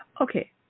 okay